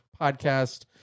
podcast